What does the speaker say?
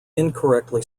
incorrectly